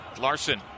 Larson